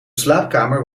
slaapkamer